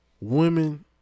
women